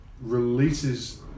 releases